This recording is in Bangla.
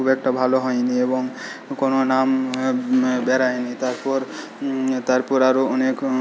খুব একটা ভালো হয়নি এবং কোনো নাম বেরোয়নি তারপর তারপর আরও অনেক